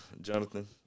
Jonathan